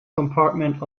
compartment